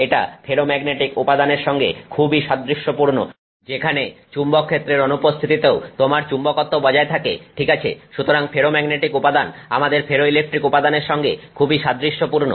এটা ফেরোম্যাগনেটিক উপাদানের সঙ্গে খুবই সাদৃশ্যপূর্ণ যেখানে চুম্বকক্ষেত্রের অনুপস্থিতিতেও তোমার চুম্বকত্ব বজায় থাকে ঠিক আছে সুতরাং ফেরোম্যাগনেটিক উপাদান আমাদের ফেরোইলেকট্রিক উপাদানের সঙ্গে খুবই সাদৃশ্যপূর্ণ